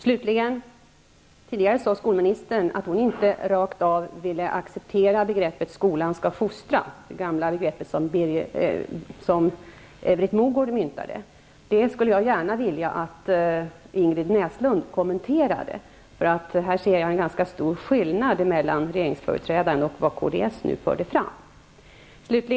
Skolminitern sade tidigare att hon inte rakt av ville acceptera begreppet att skolan skall fostra. Det är det gamla begrepp som Britt Mogård myntade. Jag skulle vilja att Ingrid Näslund kommenterade detta, för här finns en ganska stor skillnad mellan vad de övriga regeringsföreträdarna och kds förde fram.